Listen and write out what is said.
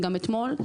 וגם אתמול,